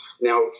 Now